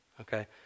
okay